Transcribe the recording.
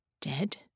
Dead